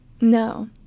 No